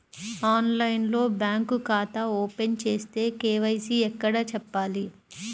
ఆన్లైన్లో బ్యాంకు ఖాతా ఓపెన్ చేస్తే, కే.వై.సి ఎక్కడ చెప్పాలి?